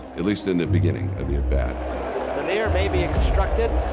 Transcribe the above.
at least in the beginning of the at-bat. dernier maybe instructed,